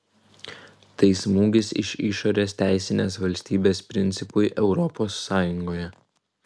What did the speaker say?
tai smūgis iš išorės teisinės valstybės principui europos sąjungoje